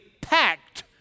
packed